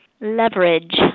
Leverage